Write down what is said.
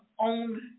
own